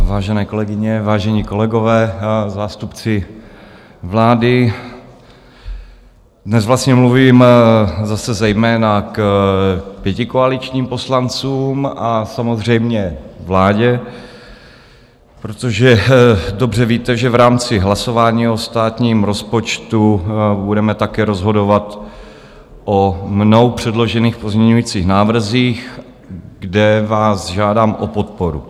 Vážené kolegyně, vážení kolegové, zástupci vlády, dnes vlastně mluvím zase zejména k pětikoaličním poslancům a samozřejmě vládě, protože dobře víte, že v rámci hlasování o státním rozpočtu budeme také rozhodovat o mnou předložených pozměňovacích návrzích, kde vás žádám o podporu.